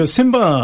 Simba